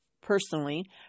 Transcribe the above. personally